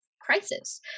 crisis